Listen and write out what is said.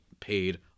paid